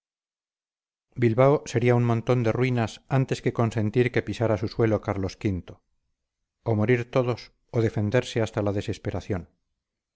bilbao sería un montón de ruinas antes que consentir que pisara su suelo carlos v o morir todos o defenderse hasta la desesperación